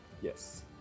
Yes